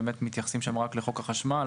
מתייחסים שם רק לחוק החשמל,